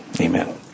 Amen